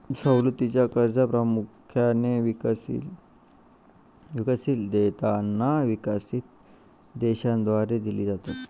सवलतीची कर्जे प्रामुख्याने विकसनशील देशांना विकसित देशांद्वारे दिली जातात